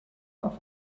auf